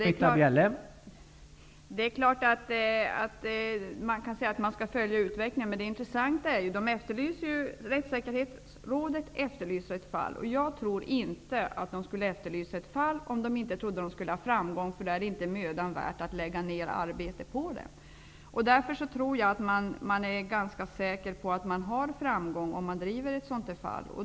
Herr talman! Det är klart att man kan säga att man skall följa utvecklingen. Det intressanta emellertid, är att Rättssäkerhetsrådet efterlyser ett fall. Jag tror inte att Rättssäkerhetsrådet skulle efterlysa ett fall om det inte trodde på framgång -- annars skulle det inte vara mödan värt att lägga ned något arbete på det. Jag tror därför att Rättssäkerhetsrådet är ganska säkert på att nå framgång vid drivandet ett sådant här fall.